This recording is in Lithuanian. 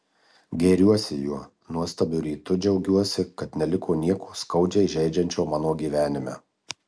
gėriuosi juo nuostabiu rytu džiaugiuosi kad neliko nieko skaudžiai žeidžiančio mano gyvenime